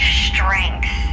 strength